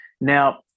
Now